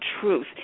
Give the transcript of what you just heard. truth